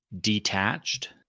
detached